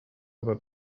aber